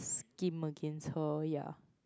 scheme against her ya